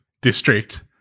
district